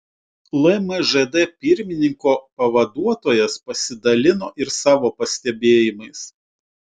lmžd pirmininko pavaduotojas pasidalino ir savo pastebėjimais